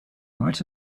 might